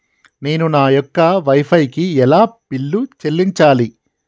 నేను నా యొక్క వై ఫై కి ఎలా బిల్లు చెల్లించాలి?